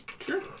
Sure